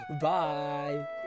bye